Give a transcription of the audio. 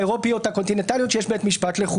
חייתי כמה שנים בארצות-הברית בתקופה שבוש היה הנשיא.